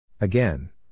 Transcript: Again